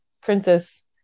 princess